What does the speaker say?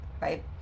right